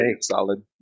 solid